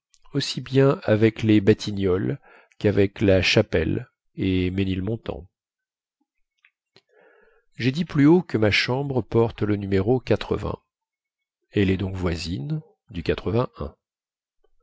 aussi bien avec les batignolles quavec la chapelle et ménilmontant jai dit plus haut que ma chambre porte le numéro elle est donc voisine du